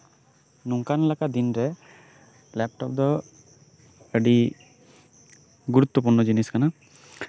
ᱱᱚᱝᱠᱟᱱ ᱞᱮᱠᱟᱱ ᱫᱤᱱᱨᱮ ᱞᱮᱯᱴᱚᱯ ᱫᱚ ᱟᱹᱰᱤ ᱜᱩᱨᱩᱛᱛᱚᱯᱩᱨᱱᱚ ᱡᱤᱱᱤᱥ ᱠᱟᱱᱟ